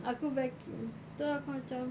aku vacuum terus aku macam